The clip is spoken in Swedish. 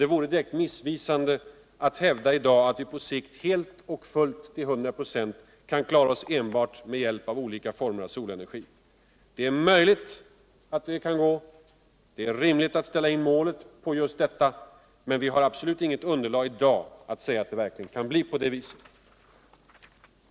Det vore direkt missvisande att hävda i dag att vi på sikt helt och fullt, till hundra procent kan klara oss enbart med hjälp av solenergi. Det är möjligt att det kan vå. Det är rimligt att ställa in målet på att försöka nå just detta, men vi har absolut inget underlag i dag för att säga att det verkligen kan bli på det viset.